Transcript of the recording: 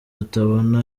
itsinda